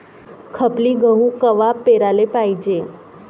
खपली गहू कवा पेराले पायजे?